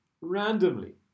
randomly